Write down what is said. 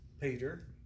Peter